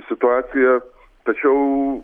situacija tačiau